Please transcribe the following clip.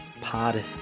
pod